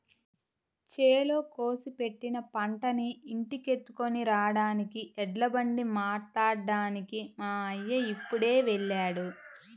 చేలో కోసి పెట్టిన పంటని ఇంటికెత్తుకొని రాడానికి ఎడ్లబండి మాట్లాడ్డానికి మా అయ్య ఇప్పుడే వెళ్ళాడు